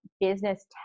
business